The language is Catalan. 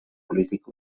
polític